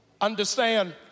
understand